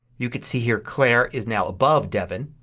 you could see here claire is now above devin.